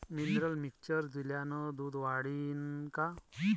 Mineral mixture दिल्यानं दूध वाढीनं का?